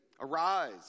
arise